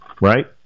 right